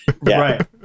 Right